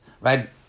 right